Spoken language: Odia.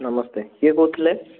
ନମସ୍ତେ କିଏ କହୁଥିଲେ